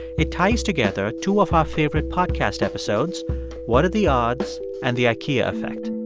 it ties together two of our favorite podcast episodes what are the odds and the ikea effect.